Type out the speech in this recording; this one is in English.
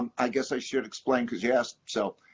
um i guess i should explain, because you asked, so.